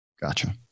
Gotcha